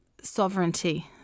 sovereignty